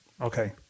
Okay